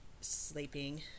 sleeping